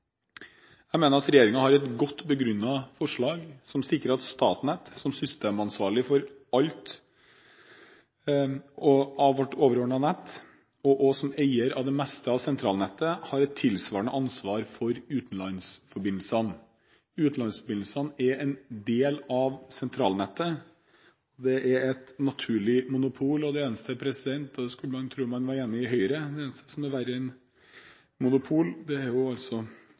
Jeg mener at regjeringen har et godt begrunnet forslag, som sikrer at Statnett – som systemansvarlig for alt vårt overordnede kraftnett og også som eier av det meste av sentralnettet – har et tilsvarende ansvar for utenlandsforbindelsene. Utenlandsforbindelsene er en del av sentralnettet. Det er et naturlig monopol. Det eneste – og dette skulle man tro man var enig i i Høyre – som er verre enn monopol, er altså private monopol. Strømnettet er